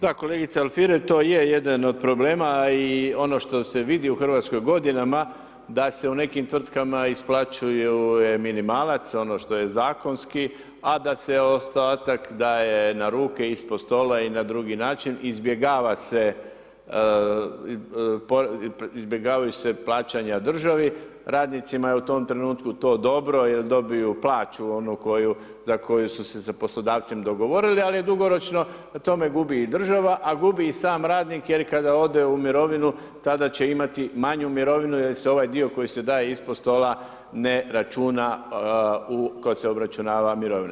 Da kolegice Alfirev to je jedan od problema, a i ono što se vidi u Hrvatskoj godinama da se u nekim tvrtkama isplaćuju je minimalac ono što je zakonski, a da se ostatak daje na ruke, ispod stola i na drugi način, izbjegava se, izbjegavaju se plaćanja državi, radnicima je u tom trenutku to dobro jer dobiju plaću onu za koju su se s poslodavcem dogovorili, ali je dugoročno na tome gubi i država a gubi i sam radnim jer kada ode u mirovinu tada će imati manju mirovinu jer se ovaj dio koji se daje ispod stola ne računa u kad se obračunava mirovina.